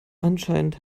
anscheinend